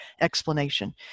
explanation